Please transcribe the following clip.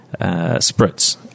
spritz